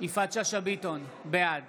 בעד